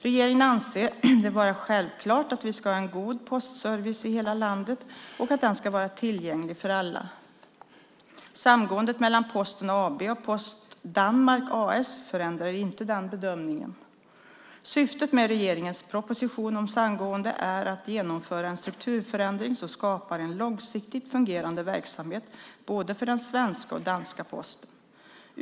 Regeringen anser det vara självklart att vi ska ha en god postservice i hela landet och att den ska vara tillgänglig för alla. Samgåendet mellan Posten AB och Post Danmark A/S förändrar inte den bedömningen. Syftet med regeringens proposition om samgåendet är att genomföra en strukturförändring som skapar en långsiktigt fungerande verksamhet för både den svenska och den danska posten.